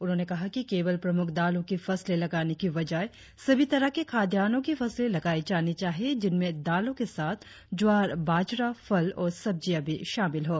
उन्होंने कहा कि केवल प्रमुख दालों की फसलें लगाने की बजाय सभी तरह के खाद्यानों की फसलें लगाई जानी चाहिये जिनमें दालों के साथ ज्वार बाजरा फल और सब्जियां भी शामिल हों